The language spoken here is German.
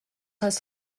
heißt